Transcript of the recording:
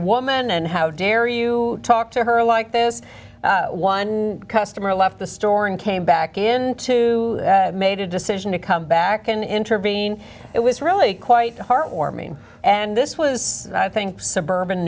woman and how dare you talk to her like this one customer left the store and came back into made a decision to come back in intervene it was really quite heartwarming and this was i think suburban